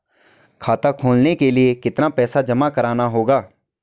खाता खोलने के लिये कितना पैसा जमा करना होगा?